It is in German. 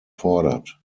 fordert